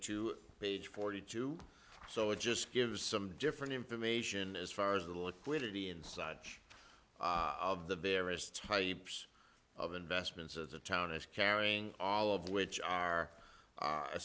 to page forty two so it just gives some different information as far as the liquidity inside of the various types of investments as a town is carrying all of which are